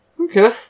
Okay